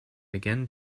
began